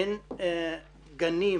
אין גנים